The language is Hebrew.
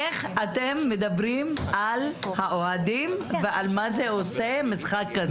איך אתם מדברים על האוהדים ועל מה זה עושה במשחק כזה.